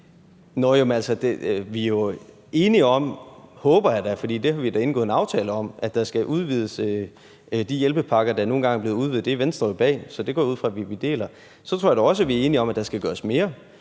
vi er jo enige om – håber jeg da, for det har vi da indgået en aftale om – at der skal udvides de hjælpepakker, der nu engang er blevet udvidet, og det er Venstre jo bag, så det går jeg ud fra at vi deler. Så tror jeg da også, at vi er enige om, at der skal gøres mere,